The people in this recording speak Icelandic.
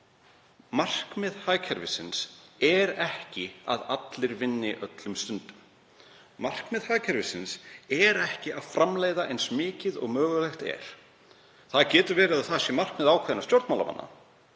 Markmið hagkerfisins er ekki að allir vinni öllum stundum. Markmið hagkerfisins er ekki að framleiða eins mikið og mögulegt er. Það getur verið að það sé markmið ákveðinna stjórnmálamanna